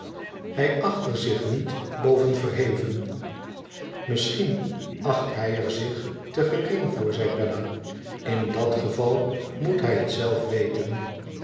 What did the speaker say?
hij acht er zich niet boven verheven misschien acht hij er zich te gering voor zei bella tin dat geval moet hij het zelf weten